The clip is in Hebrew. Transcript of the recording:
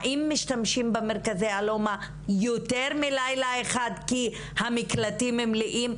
האם משתמשים במרכזי אלומה יותר מלילה אחד כי המקלטים מלאים?